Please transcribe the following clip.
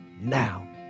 now